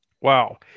Wow